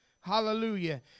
Hallelujah